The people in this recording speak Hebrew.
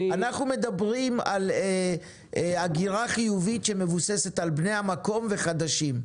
אנחנו מדברים על הגירה חיובית שמבוססת על בני המקום וחדשים.